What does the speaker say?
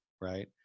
right